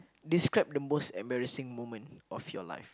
describe the most embarrassing moment of your life